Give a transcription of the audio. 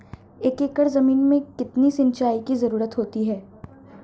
एक एकड़ ज़मीन में कितनी सिंचाई की ज़रुरत होती है?